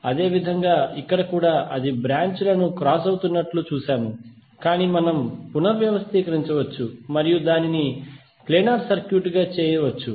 ఈ విధంగా ఇక్కడ కూడా అది బ్రాంచీలను క్రాస్ అవుతున్నట్లు చూశాము కానీ మనం పునర్వ్యవస్థీకరించవచ్చు మరియు దానిని ప్లేనార్ సర్క్యూట్గా చేయవచ్చు